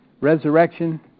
resurrection